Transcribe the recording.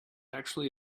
actually